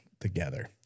together